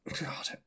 God